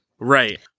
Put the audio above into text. Right